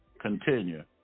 continue